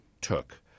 took